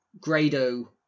Grado